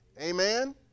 Amen